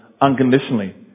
unconditionally